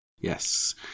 Yes